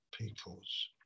peoples